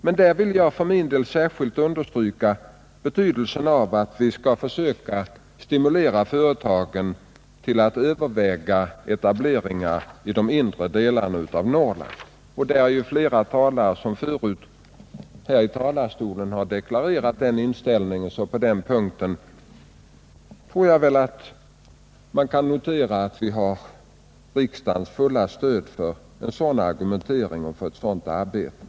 Jag vill i det sammanhanget särskilt understryka betydelsen av att vi försöker stimulera företagen till att välja etablering i de inre delarna av Norrland. Flera talare har här från talarstolen redan deklarerat samma inställning, så på den punkten kan vi väl notera att vi har riksdagens fulla stöd för vår argumentering och vårt arbete.